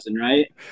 right